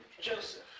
Joseph